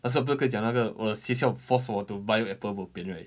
A_S_A_P 不是可以讲那个我 system of forced me to bio apple bo pian right